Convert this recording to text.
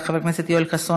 חבר הכנסת מנחם אליעזר מוזס,